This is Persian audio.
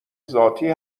ذاتی